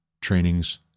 trainings